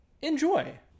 enjoy